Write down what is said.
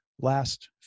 last